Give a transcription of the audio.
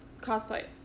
cosplay